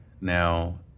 now